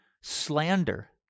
slander